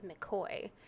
McCoy